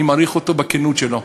אני מעריך אותו בכנות שלו.